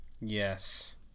Yes